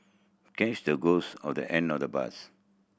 catch the ghost or the end of the bus